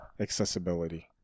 Accessibility